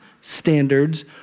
standards